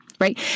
right